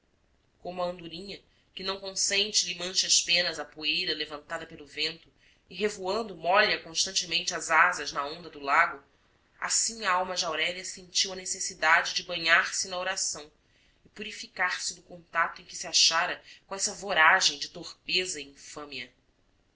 a andorinha que não consente lhe manche as penas a poeira levantada pelo vento e revoando molha constantemente as asas na onda do lago assim a alma de aurélia sentiu a necessidade de banhar se na oração e purificar se do contacto em que se achara com essa voragem de torpeza e